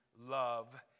love